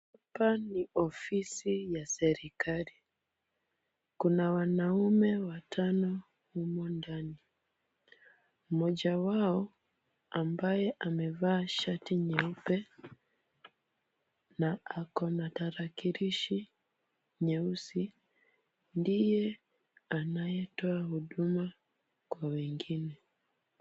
Hapa ni ofisi ya serikali. Kuna wanaume watano humo ndani. Mmoja wao ambaye amevaa shati nyeupe na ako na tarakilishi nyeusi, ndiye anayetoa huduma kwa wengine.